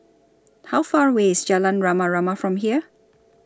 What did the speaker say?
How Far away IS Jalan Rama Rama from here